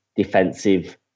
defensive